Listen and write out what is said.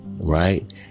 Right